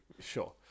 Sure